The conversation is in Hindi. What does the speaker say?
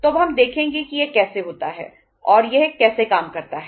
तो अब हम देखेंगे कि यह कैसे होता है और यह कैसे काम करता है